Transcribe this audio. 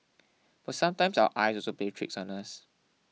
but sometimes our eyes also plays tricks on us